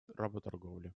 работорговли